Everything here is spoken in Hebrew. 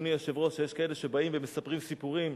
אדוני היושב-ראש, יש כאלה שבאים ומספרים סיפורים,